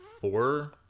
four